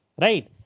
Right